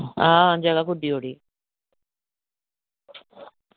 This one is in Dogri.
आं जगह गुड्डी ओड़ी